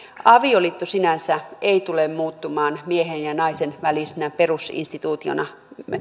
avioliitto sinänsä ei tule muuttumaan miehen ja naisen välisenä perusinstituutiona